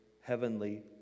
heavenly